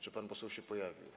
Czy pan poseł się pojawił?